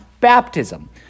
baptism